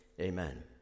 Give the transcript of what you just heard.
Amen